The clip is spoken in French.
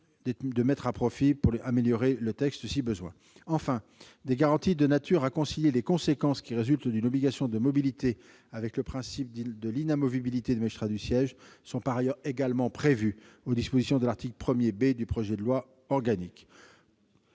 par la suite des améliorations éventuelles. Enfin, des garanties de nature à concilier les conséquences qui résultent d'une obligation de mobilité avec le principe de l'inamovibilité des magistrats du siège sont également prévues dans le dispositif de l'article 1 B du projet de loi organique.